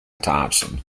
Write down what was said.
thompson